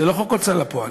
זה לא חוק ההוצאה לפועל.